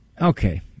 Okay